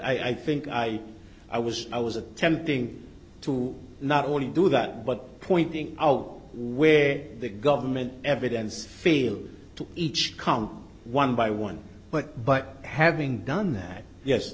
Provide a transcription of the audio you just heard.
i think i i was i was attempting to not only do that but pointing out where the government evidence failed to each count one by one but but having done that yes